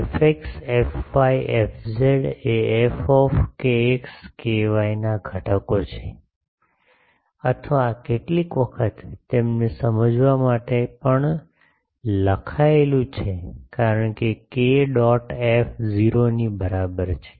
fx fy fz એ f ના ઘટકો છે અથવા આ કેટલીક વખત તેને સમજવા માટે પણ લખાયેલું છે કારણ કે k ડોટ એફ 0 ની બરાબર છે